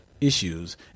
issues